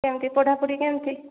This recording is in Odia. କେମିତି ପଢ଼ାପଢ଼ି କେମିତି